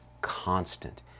constant